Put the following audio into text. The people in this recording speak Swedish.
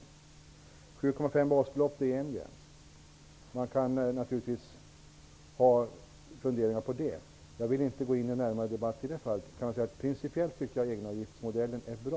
7,5 basbelopp är t.ex. en gräns. Man kan ha funderingar på det. I det fallet vill jag inte gå in i någon närmare debatt. Men principiellt tycker jag att egenavgiftsmodellen är bra.